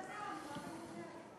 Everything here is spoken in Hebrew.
זה יכול להיות גם לפני ההצבעה.